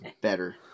Better